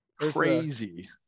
Crazy